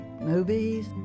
movies